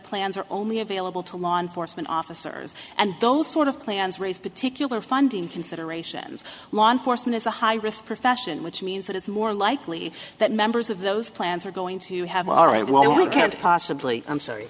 plans are only available to law enforcement officers and those sort of plans raise particular funding considerations law enforcement is a high risk profession which means that it's more likely that members of those plants are going to have all right well we